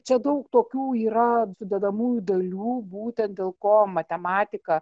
čia daug tokių yra sudedamųjų dalių būtent dėl ko matematika